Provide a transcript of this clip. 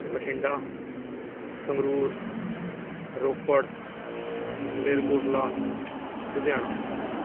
Bathinda Sangrur Ropar Malerkotla Ludhiana